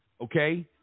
okay